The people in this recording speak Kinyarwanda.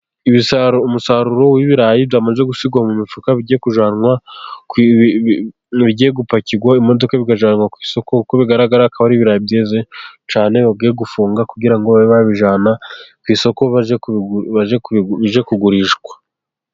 Umusaruro w'ibirayi byamaze gushyirwa mu mifuka, bigiye kujyanwa, bigiye gupakirwa imodoka bikajyanwa ku isoko, nk'uko bigaraga, bikaba ari ibirayi byiza cyane bigiye gufungwa, kugira ngo babijyane ku isoko, bijye kugurishwa.